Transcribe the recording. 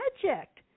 project